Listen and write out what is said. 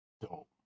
Dope